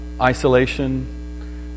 isolation